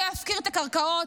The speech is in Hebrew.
לא יפקיר את הקרקעות,